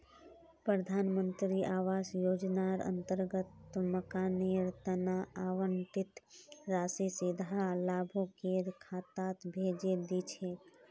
प्रधान मंत्री आवास योजनार अंतर्गत मकानेर तना आवंटित राशि सीधा लाभुकेर खातात भेजे दी छेक